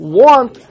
want